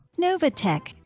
NovaTech